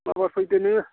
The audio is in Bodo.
माबार फैदो नोङो